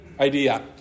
idea